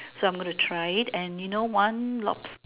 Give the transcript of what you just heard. so I am going to try it and you know one lobster